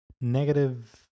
negative